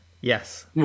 Yes